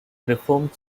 reformed